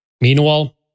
Meanwhile